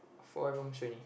four rooms only